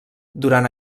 durant